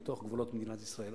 לתוך גבולות מדינת ישראל,